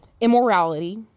immorality